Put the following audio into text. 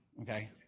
okay